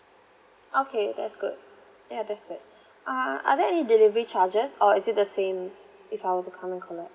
okay that's good ya that's good uh are there any delivery charges or is it the same if I were to come and collect